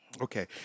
okay